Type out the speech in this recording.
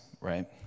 right